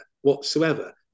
whatsoever